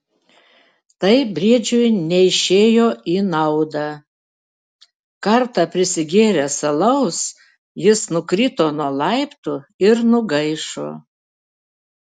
tai briedžiui neišėjo į naudą kartą prisigėręs alaus jis nukrito nuo laiptų ir nugaišo